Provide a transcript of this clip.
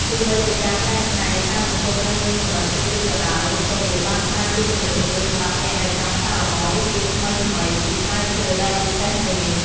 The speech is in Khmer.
ទោះបីជាការកែច្នៃផ្លែមង្ឃុតនៅមានកម្រិតតិចតួចក៏ដោយ ក៏វាបានក្លាយជាជម្រើសមួយសម្រាប់អ្នកដែលចង់សាកល្បងរសជាតិថ្មីៗពីផ្លែឈើដ៏ពិសេសមួយនេះ។